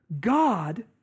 God